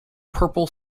purple